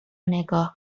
نگاه